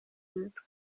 mutwe